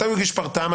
מתי הוא הגיש דו"ח.